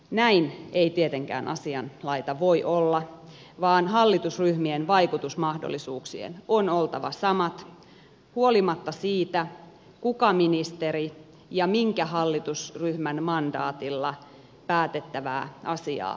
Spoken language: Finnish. näin ei tietenkään asianlaita voi olla vaan hallitusryhmien vaikutusmahdollisuuksien on oltava samat huolimatta siitä kuka ministeri ja minkä hallitusryhmän mandaatilla päätettävää asiaa valmistelee